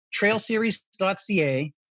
trailseries.ca